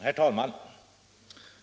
Herr talman!